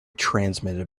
transmitted